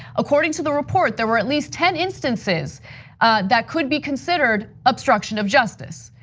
according to the report there were at least ten instances that could be considered obstruction of justice.